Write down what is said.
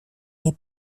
nie